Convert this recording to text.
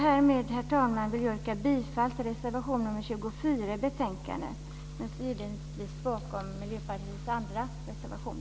Härmed, herr talman, vill jag yrka bifall till reservation 24 i betänkandet, men står givetvis bakom